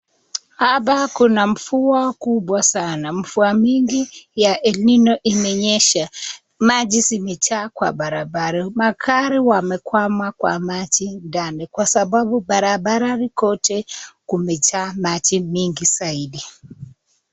Hapa kuna mvua kubwa sana na mvua nyingi ya elnino imenyesha. Maji zimejaa kwa barabara. Magari wamekwama kwa maji ndani kwa sababu barabara kote kumejaa maji mingi zaidi.